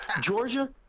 Georgia